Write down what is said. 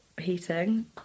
heating